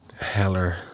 Heller